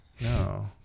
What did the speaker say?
No